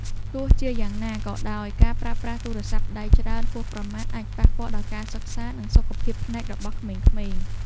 ទោះជាយ៉ាងណាក៏ដោយការប្រើប្រាស់ទូរស័ព្ទដៃច្រើនហួសប្រមាណអាចប៉ះពាល់ដល់ការសិក្សានិងសុខភាពភ្នែករបស់ក្មេងៗ។